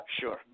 Sure